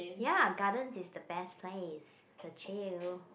ya garden is the best place to chill